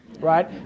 Right